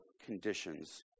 conditions